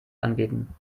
anbieten